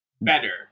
better